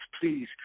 Please